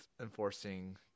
enforcing